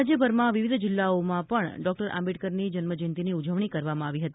રાજ્યભરમાં વિવિધ જિલ્લાઓમાં પણ ડોક્ટર આંબેડકરની જન્મ જયંતીની ઉજવણી કરવામાં આવી હતી